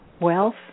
wealth